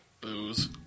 Booze